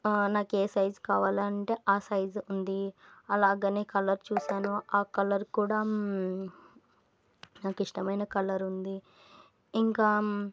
నాకు ఏ సైజు కావాలంటే ఆ సైజు ఉంది అలాగే కలర్ చూశాను ఆ కలర్ కూడా నాకు ఇష్టమైన కలర్ ఉంది ఇంకా